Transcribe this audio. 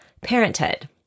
parenthood